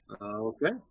Okay